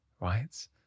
right